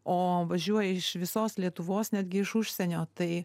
o važiuoja iš visos lietuvos netgi iš užsienio tai